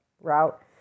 route